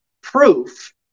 proof